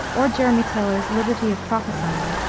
or jeremy taylor's liberty of prophesying,